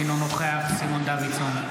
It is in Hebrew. אינו נוכח סימון דוידסון,